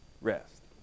rest